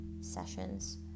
sessions